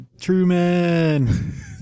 Truman